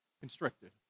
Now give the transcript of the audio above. constricted